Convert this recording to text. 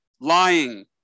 lying